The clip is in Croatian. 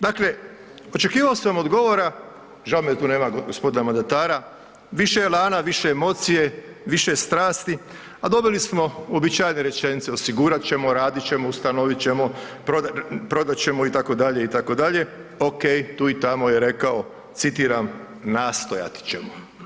Dakle, očekivao sam od govora, žao mi je da tu nema g. mandatara, više elana, više emocije, više strasti, a dobili smo uobičajene rečenice „osigurat ćemo“, „radit ćemo“, „ustanovit ćemo“, „prodat ćemo“ itd., itd., okej tu i tamo je rekao citiram „nastojat ćemo“